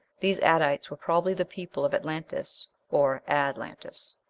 these adites were probably the people of atlantis or ad-lantis.